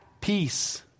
peace